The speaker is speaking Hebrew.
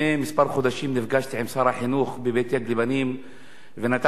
לפני מספר חודשים נפגשתי עם שר החינוך בבית יד-לבנים ונתתי